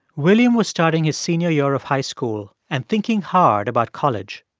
william was starting his senior year of high school and thinking hard about college.